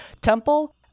temple